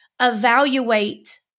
evaluate